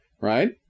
right